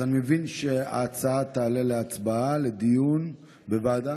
אז אני מבין שההצעה תעלה להצבעה על דיון בוועדה.